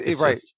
right